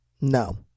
No